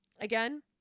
Again